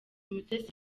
mutesi